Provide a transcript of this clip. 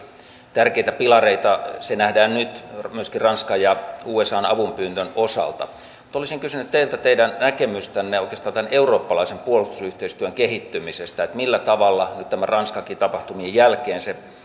tärkeitä pilareita se nähdään nyt myöskin ranskan ja usan avunpyynnön osalta mutta olisin kysynyt teiltä teidän näkemystänne oikeastaan tämän eurooppalaisen puolustusyhteistyön kehittymisestä millä tavalla nyt näiden ranskankin tapahtumien jälkeen se